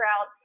out